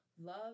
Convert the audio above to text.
Love